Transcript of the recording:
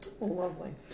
Lovely